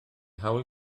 hawl